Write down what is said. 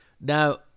Now